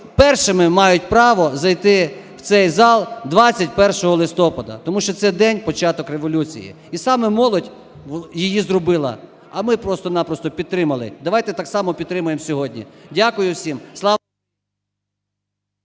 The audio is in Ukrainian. першими мають право зайти в цей зал 21 листопада, тому що цей день – початок революції. І саме молодь її зробила, а ми просто-напросто підтримали. Давайте так само підтримаємо сьогодні. Дякую всім.